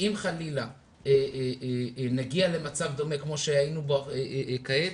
אם חלילה נגיע למצב דומה כמו שהיינו בו כעת,